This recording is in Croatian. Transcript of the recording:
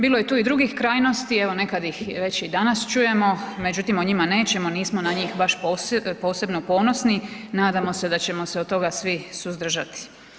Bilo je tu i drugih krajnosti, evo nekad ih već i danas čujemo, međutim o njima nećemo nismo na njih baš posebno ponosni, nadamo se da ćemo se toga svi suzdržati.